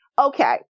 Okay